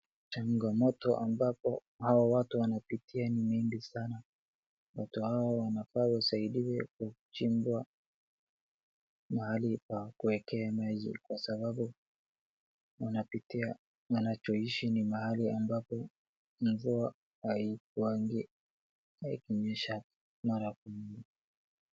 Changamoto ambapo hawa watu wanapitia ni mingi sana. Watu hawa wanafaa usaidizi kuchimbua mahali pakuekea maji kwa sababu unapitia wanapoishi ni mahali ambapo mvua haikuwangi ikinyesha mara kwa mara.